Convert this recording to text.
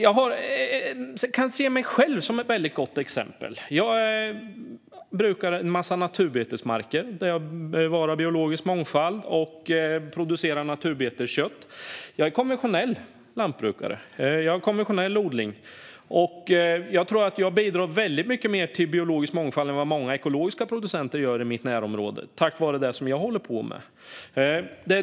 Jag kan se mig själv som ett gott exempel. Jag brukar en massa naturbetesmarker, där jag bevarar biologisk mångfald och producerar naturbeteskött. Jag är konventionell lantbrukare - jag har konventionell odling - och jag tror att jag bidrar väldigt mycket mer till biologisk mångfald än vad många ekologiska producenter i mitt närområde gör tack vare det som jag håller på med.